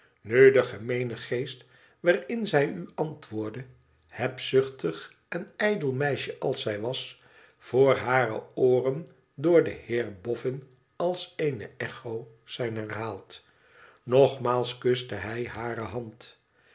nu de gemeene geest waarin zij u antwoordde hebzuchtig en ijdel meisje als zij was voor hare ooren door den heer bofn als eene echo zijn herhaald nogmaals kuste hij hare hand